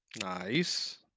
Nice